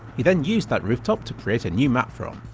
he then used that rooftop to create a new map from,